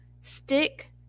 stick –